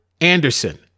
Anderson